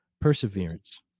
Perseverance